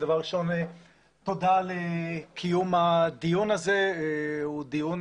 תודה על קיום הדיון הזה שהוא דיון